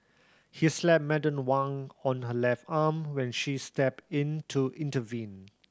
he slapped Madam Wang on her left arm when she is stepped in to intervene